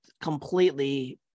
completely